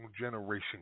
generation